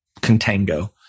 contango